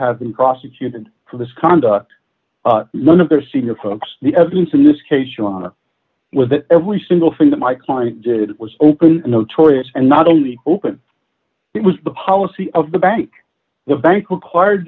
have been prosecuted for this conduct one of their senior folks the evidence in this case your honor with it every single thing that my client did was open notorious and not only open it was the policy of the bank the bank acquired